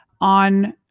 on